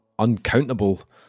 uncountable